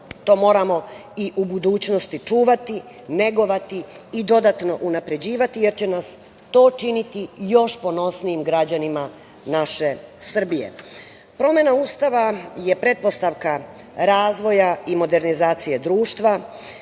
To moramo i u budućnosti čuvati, negovati i dodatno unapređivati, jer će nas to činiti još ponosnijim građanima naše Srbije. Promena Ustava je pretpostavka razvoja i modernizacije društva,